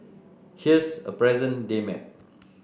here's a present day map